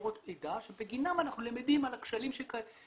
מקורות מידע שבגינם אנחנו למדים על הכשלים שקיימים.